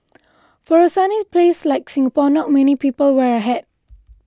for a sunny place like Singapore not many people wear a hat